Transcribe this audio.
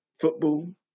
football